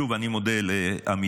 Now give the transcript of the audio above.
שוב אני מודה לעמיתיי,